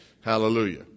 Hallelujah